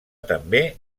també